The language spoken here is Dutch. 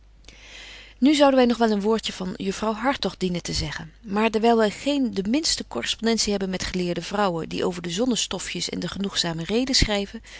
nu zouden wy nog wel een woordje van juffrouw hartog dienen te zeggen maar dewyl wy geen de minste correspondentie hebben met geleerde vrouwen die over de zonnenstofjes en de genoegzame reden schryven